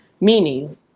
meaning